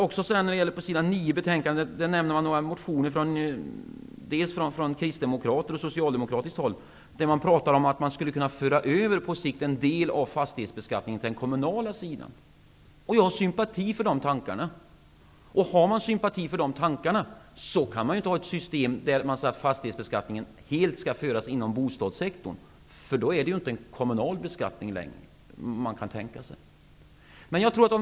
På s. 9 i betänkandet nämner man några motioner från kristdemokrater och socialdemokrater där man talar om att man på sikt skulle kunna föra över en del av fastighetsbeskattningen till den kommunala sidan. Jag har sympati för de tankarna. Har man sympati för de tankarna kan man inte ha ett system där man säger att fastighetsbeskattning helt skall föras inom bostadssektorn, för då är det ju inte en kommunal beskattning längre.